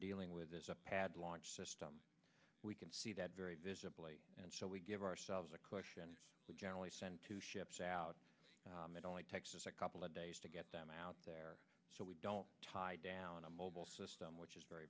dealing with is a pad launch system we can see that very visibly and so we give ourselves a question but generally send two ships out it only takes a couple of days to get them out there so we don't tie down a mobile system which is very